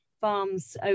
farms